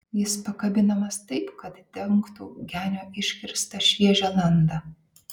jis pakabinamas taip kad dengtų genio iškirstą šviežią landą